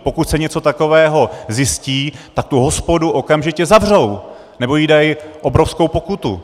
Pokud se něco takového zjistí, tak tu hospodu okamžitě zavřou nebo jí dají obrovskou pokutu.